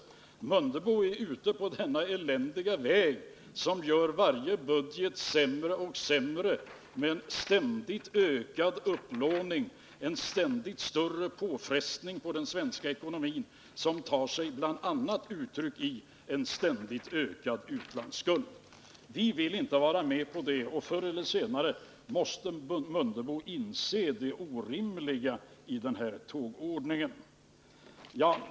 Herr Mundebo är däremot ute på denna eländiga väg, som gör varje budget sämre och sämre med ständigt ökad upplåning och ständigt större påfrestning på den svenska ekonomin, som bl.a. tar sig uttryck i en ständigt ökad utlandsskuld. Vi vill inte vara med på det, och förr eller senare måste också herr Mundebo inse det orimliga i den här tågordningen.